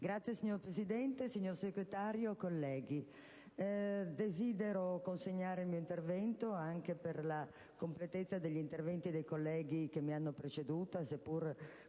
Signor Presidente, signor Sottosegretario, colleghi, desidero consegnare il mio intervento, anche per la competenza degli interventi dei colleghi che mi hanno preceduto, che pure